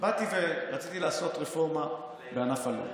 באתי ורציתי לעשות רפורמה בענף הלול.